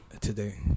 today